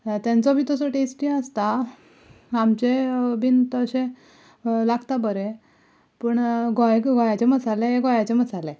तेंचो बी तसो टेस्टी आसता आमचे बी तशे लागता बरे पूण गोंया गोंयाचे मसाले गोंयाचे मसाले